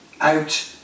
out